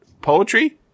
poetry